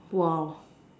!wow!